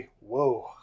Whoa